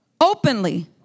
openly